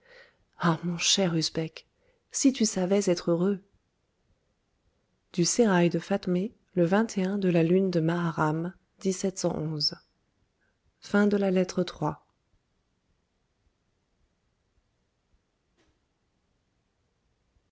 mon cher usbek si tu savois être heureux du sérail de fatmé le de la lune de maharram